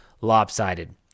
lopsided